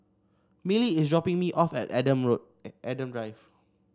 Millie is dropping me off at Adam Road Adam Drive